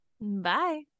bye